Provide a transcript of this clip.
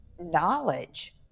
knowledge